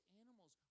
animals